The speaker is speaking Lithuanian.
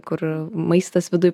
kur maistas viduj